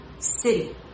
city